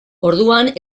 orduan